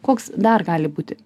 koks dar gali būti